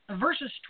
verses